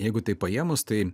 jeigu taip paėmus tai